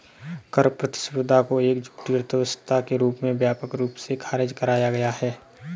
कर प्रतिस्पर्धा को एक झूठी अर्थव्यवस्था के रूप में व्यापक रूप से खारिज करा गया है